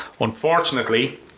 Unfortunately